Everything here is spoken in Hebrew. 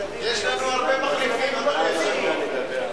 יש לנו הרבה מחליפים, אדוני היושב-ראש.